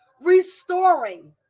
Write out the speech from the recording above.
restoring